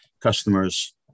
customers